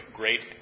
great